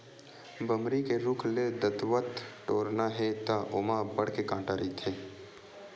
बमरी के रूख ले दतवत टोरना हे त ओमा अब्बड़ के कांटा रहिथे